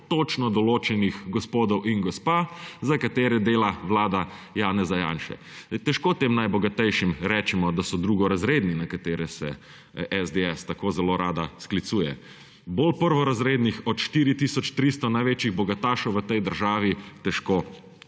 točno določenih gospodov in gospa, za katere dela vlada Janeza Janše. Težko tem najbogatejšim rečemo, da so drugorazredni, na katere se SDS tako zelo rada sklicuje. Bolj prvorazrednih od 4 tisoč 300 največjih bogatašev v tej državi težko